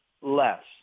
less